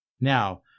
Now